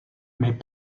mais